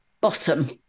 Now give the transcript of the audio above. Bottom